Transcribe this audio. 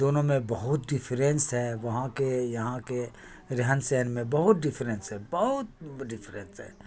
دونوں میں بہت ڈفرینس ہے وہاں کے یہاں کے رہن سہن میں بہت ڈفرینس ہے بہت ڈفرینس ہے